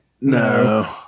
no